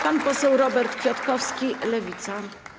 Pan poseł Robert Kwiatkowski, Lewica.